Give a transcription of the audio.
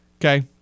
Okay